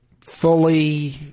fully